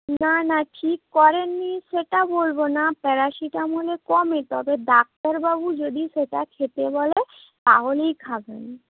না না ঠিক করেননি সেটা বলব না প্যারাসিটামলে কমে তবে ডাক্তারবাবু যদি সেটা খেতে বলে তাহলেই খাবেন